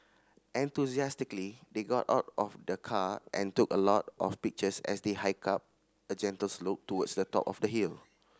enthusiastically they got out of the car and took a lot of pictures as they hiked up a gentle slope towards the top of the hill